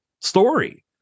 story